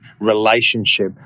relationship